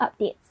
updates